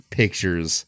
pictures